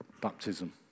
baptism